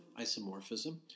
isomorphism